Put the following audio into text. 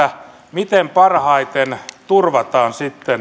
miten parhaiten turvataan